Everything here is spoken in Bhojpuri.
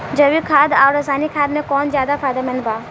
जैविक खाद आउर रसायनिक खाद मे कौन ज्यादा फायदेमंद बा?